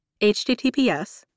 HTTPS